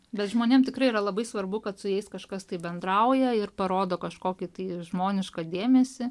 bet žmonėm tikrai yra labai svarbu kad su jais kažkas tai bendrauja ir parodo kažkokį tai žmonišką dėmesį